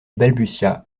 balbutia